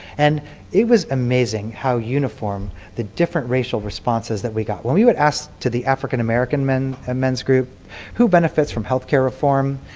and it was amazing how uniform the different racial responses that we got. when we would ask to the african american men's ah men's group who benefits from health care reform,